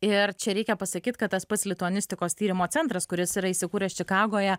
ir čia reikia pasakyt kad tas pats lituanistikos tyrimo centras kuris yra įsikūręs čikagoje